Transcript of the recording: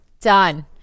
Done